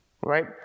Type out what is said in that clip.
right